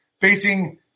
facing